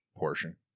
Portion